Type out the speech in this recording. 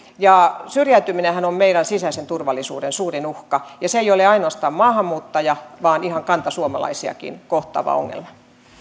syrjäytyminenhän on meidän sisäisen turvallisuutemme suurin uhka se ei ole ainoastaan maahanmuuttajia vaan ihan kantasuomalaisiakin kohtaava ongelma